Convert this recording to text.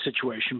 situation